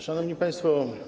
Szanowni Państwo!